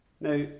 now